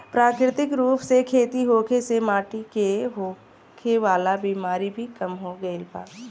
प्राकृतिक रूप से खेती होखे से माटी से होखे वाला बिमारी भी कम हो गईल बा